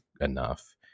enough